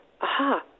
aha